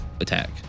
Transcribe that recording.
attack